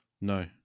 no